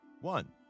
One